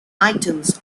items